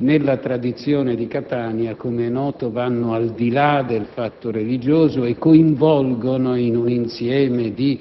nella tradizione di Catania, come è noto, vanno al di là del fatto religioso e coinvolgono, in un insieme di